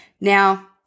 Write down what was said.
Now